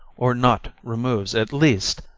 or not removes, at least,